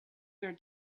your